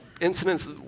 incidents